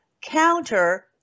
counter